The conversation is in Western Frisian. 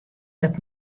dat